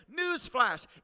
newsflash